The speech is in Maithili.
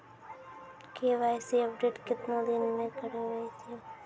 के.वाई.सी अपडेट केतना दिन मे करेबे यो?